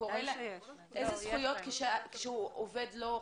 איזה זכויות כשהוא עובד לא חוקי?